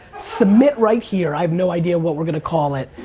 submit right here. i have no idea what we're going to call it.